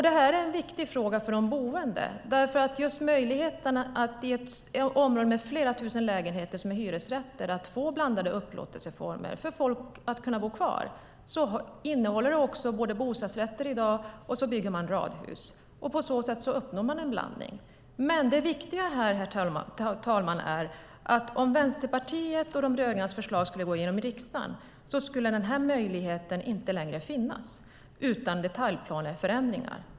Det här är en viktig fråga för de boende, just möjligheten att i ett område med flera tusen lägenheter som är hyresrätter få blandade upplåtelseformer, för att folk ska kunna bo kvar. Det innehåller också bostadsrätter, och man bygger radhus. På så sätt uppnår man en blandning. Det viktiga här, herr talman, är att om Vänsterpartiets och de rödgrönas förslag skulle gå igenom i riksdagen skulle den här möjligheten inte längre finnas utan detaljplaneförändringar.